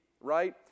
right